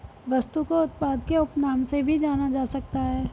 वस्तु को उत्पाद के उपनाम से भी जाना जा सकता है